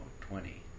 twenty